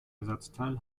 ersatzteil